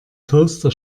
toaster